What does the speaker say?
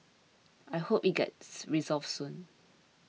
I hope it gets resolved soon